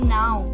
now